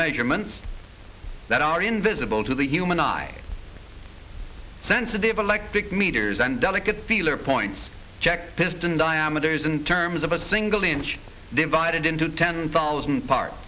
measurements that are invisible to the human eye sensitive electric meters and delicate feeler points check piston diameters in terms of a single inch divided into ten thousand part